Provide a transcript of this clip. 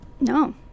No